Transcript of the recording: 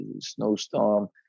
snowstorm